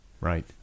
Right